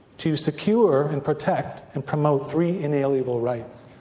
to secure and protect and promote three inalienable rights,